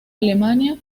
alemania